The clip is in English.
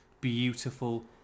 beautiful